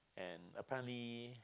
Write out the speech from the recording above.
and apparently